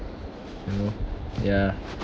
you know ya